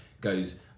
goes